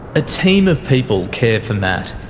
a team of people care for matt,